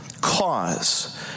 cause